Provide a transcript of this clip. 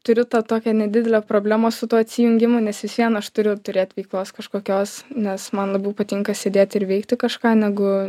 turiu tą tokią nedidelę problemą su tuo atsijungimu nes vis vien aš turiu turėt veiklos kažkokios nes man labiau patinka sėdėti ir veikti kažką negu